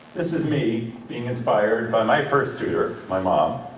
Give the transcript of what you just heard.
this is me being inspired by my first tutor, my mom,